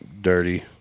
dirty